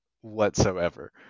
whatsoever